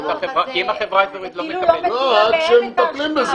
אם החברה האזורית לא --- לא, עד שמטפלים בזה.